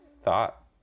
thought